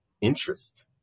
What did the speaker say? interest